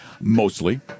mostly